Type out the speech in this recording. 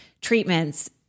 treatments